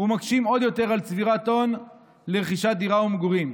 וזה מקשה עוד יותר על צבירת הון לרכישת דירה למגורים.